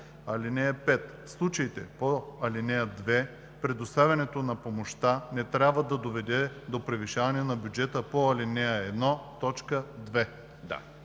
„(5) В случаите по ал. 2 предоставянето на помощта не трябва да доведе до превишаване на бюджета по ал. 1,